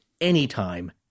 anytime